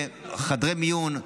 חדרי מיון.